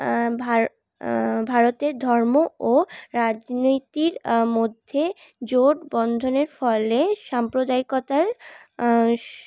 ভারতের ধর্ম ও রাজনীতির মধ্যে জোট বন্ধনের ফলে সাম্প্রদায়িকতার